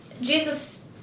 jesus